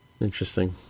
Interesting